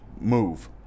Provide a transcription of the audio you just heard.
move